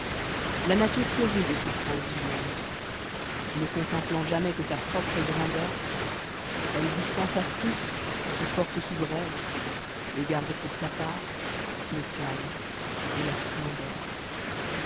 la nature se rit des sounrances humaines ne contemplant jamais que sa propre grandeur elle dtapease tous ses forces souveraines et garde pour sa part le calme et la splendeur